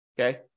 Okay